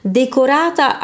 decorata